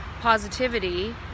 positivity